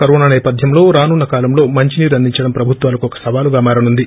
corona సేపథ్యంలో రానున్న కాలంలో మంచినీరు అందించడం ప్రభుత్వాలకు ఒక సవాలుగా మారనుంది